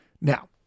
Now